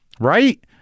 right